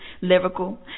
lyrical